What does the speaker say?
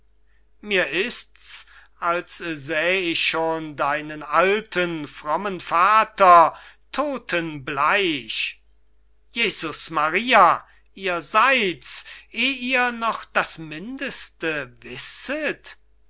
mir ist's als säh ich schon deinen alten frommen vater todtenbleich jesus maria ihr seyd's eh ihr noch das mindeste wisset